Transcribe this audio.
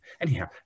Anyhow